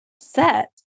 set